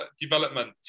development